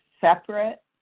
separate